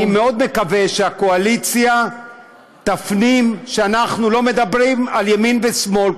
אני מאוד מקווה שהקואליציה תפנים שאנחנו לא מדברים על ימין ושמאל,